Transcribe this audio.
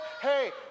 hey